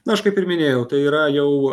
na aš kaip ir minėjau tai yra jau